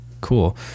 Cool